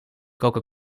coca